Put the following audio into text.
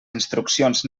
instruccions